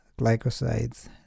glycosides